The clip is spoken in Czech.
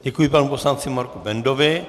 Děkuji panu poslanci Marku Bendovi.